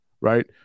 right